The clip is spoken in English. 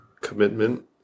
commitment